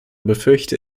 befürchte